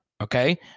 okay